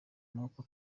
nuko